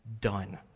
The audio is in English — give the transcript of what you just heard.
done